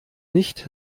nicht